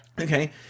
Okay